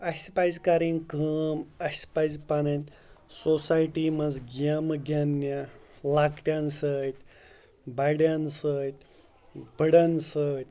اَسہِ پَزِ کَرٕنۍ کٲم اَسہِ پَزِ پَنٕنۍ سوسایٹی منٛز گیمہٕ گِنٛدنہِ لَکٹٮ۪ن سۭتۍ بَڈٮ۪ن سۭتۍ بٕڈَن سۭتۍ